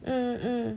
mm mm